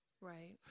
Right